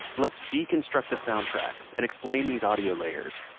let's deconstruct the soundtrack and explain these audio layers.